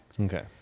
Okay